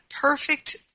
perfect